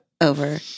over